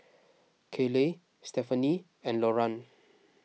Kayleigh Stephaine and Loran